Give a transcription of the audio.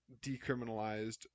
decriminalized